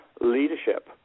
leadership